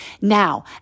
Now